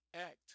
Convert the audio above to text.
Act